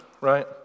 right